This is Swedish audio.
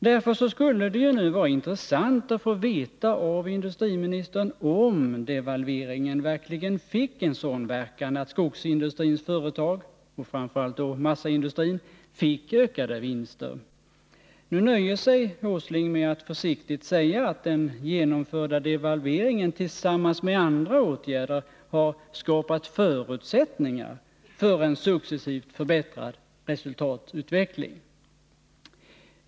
Därför skulle det nu vara intressant att av industriministern få veta om devalveringen verkligen fick en sådan verkan att skogsindustrins företag, och framför allt då massaindustrin, fick ökade vinster. Nu nöjer sig industriminister Åsling med att försiktigt säga att den genomförda devalveringen tillsammans med andra åtgärder har skapat förutsättningar för ”en successivt förbättrad resultatutveckling”.